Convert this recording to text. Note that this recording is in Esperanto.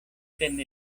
sen